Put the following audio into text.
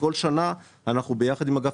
וכל שנה אנחנו ביחד עם אגף